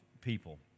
people